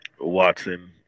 Watson